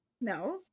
no